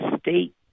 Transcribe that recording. state